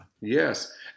Yes